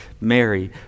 Mary